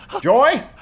Joy